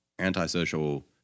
antisocial